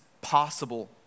possible